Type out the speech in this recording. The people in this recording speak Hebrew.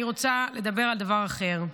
אני רוצה לדבר על דבר אחר.